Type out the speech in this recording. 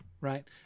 right